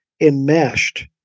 enmeshed